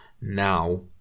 now